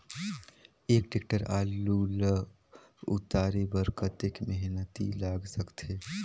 एक टेक्टर आलू ल उतारे बर कतेक मेहनती लाग सकथे?